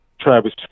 Travis